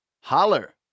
holler